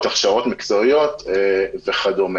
הכשרות מקצועיות וכדומה.